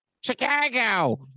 Chicago